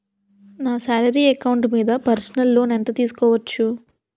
నా salary account మీద personal loan ఎంత తీసుకోవచ్చు?